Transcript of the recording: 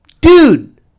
Dude